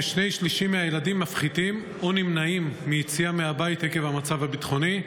כשני שלישים מהילדים מפחיתים או נמנעים מיציאה מהבית עקב המצב הביטחוני.